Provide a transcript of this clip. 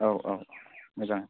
औ औ मोजां